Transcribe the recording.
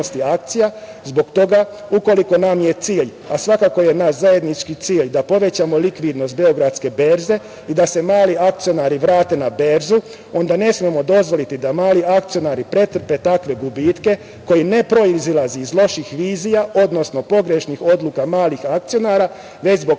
Zbog toga ukoliko nam je cilj, a svakako je naš zajednički cilj da povećamo likvidnost Beogradske berze i da se mali akcionari vrate na berzu, onda ne smemo dozvoliti da mali akcionari pretrpe takve gubitke koji ne proizilaze iz loših vizija, odnosno pogrešnih odluka malih akcionara, već zbog